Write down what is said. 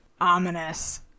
ominous